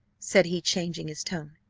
said he, changing his tone,